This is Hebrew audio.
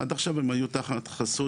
עד עכשיו הם היו תחת חסות